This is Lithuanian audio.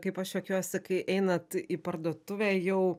kaip aš juokiuosi kai einat į parduotuvę jau